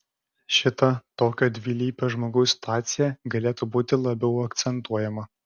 šita tokio dvilypio žmogaus situacija galėtų būti labiau akcentuojama